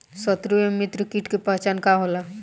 सत्रु व मित्र कीट के पहचान का होला?